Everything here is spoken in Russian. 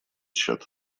счет